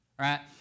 Right